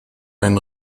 ein